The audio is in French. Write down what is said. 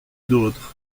d’autres